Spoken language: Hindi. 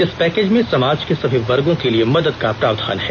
इस पैकेज में समाज के सभी वर्गों के लिए मदद का प्रावधान है